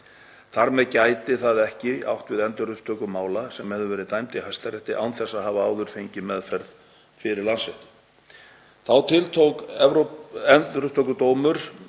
Þar með gæti það ekki átt við endurupptöku mála sem hefðu verið dæmd í Hæstarétti án þess að hafa áður fengið meðferð fyrir Landsrétti. Þá tiltók Endurupptökudómur